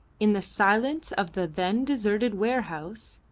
in the silence of the then deserted warehouse,